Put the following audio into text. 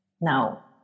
Now